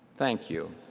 thank you.